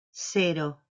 cero